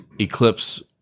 Eclipse